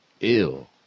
ill